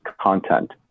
content